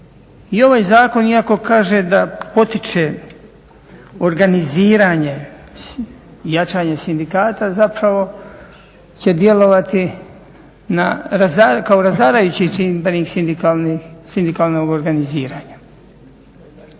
I ovaj zakon iako kaže da potiče organiziranje i jačanje sindikata zapravo će djelovati kao razarajući čimbenik sindikalnog organiziranja.